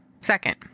Second